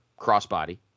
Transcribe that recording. crossbody